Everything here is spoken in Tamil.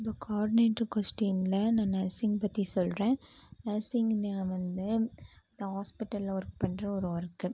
இந்த கோவார்டினேட்ரு கோஷ்டீனில் நான் நர்சிங் பற்றி சொல்கிறேன் நர்சிங்தான் வந்து இந்த ஹாஸ்பிட்டலில் ஒர்க் பண்ணுற ஒரு ஒர்க்கு